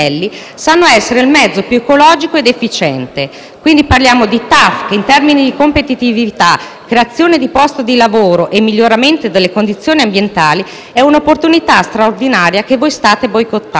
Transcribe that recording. creazione di posti di lavoro e miglioramento delle condizioni ambientali, è un'opportunità straordinaria che state boicottando. Come intendete rafforzare le relazioni europee se venite meno ad accordi presi?